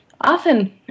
often